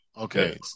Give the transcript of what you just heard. okay